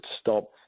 stop